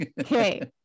Okay